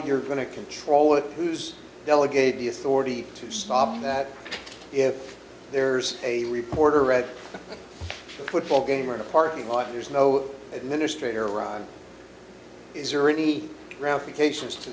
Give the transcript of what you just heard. you're going to control it who's delegated the authority to stop that if there's a report or read football game or a parking lot there's no administrator or is there any ramifications to